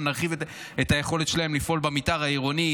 גם נרחיב את היכולת שלהם לפעול במתאר העירוני.